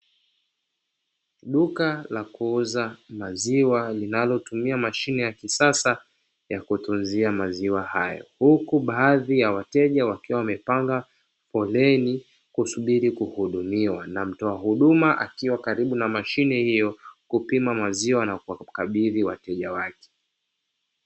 Duka la kuuza maziwa linalotumia mashine ya kisasa ya kutunzia maziwa hayo, huku baadhi ya wateja wakiwa wamepanga foleni kusubiri kuhudumiwa na mtoa huduma akiwa karibu na mashine hiyo kupima maziwa na kukabidhi wateja wake.